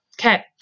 Okay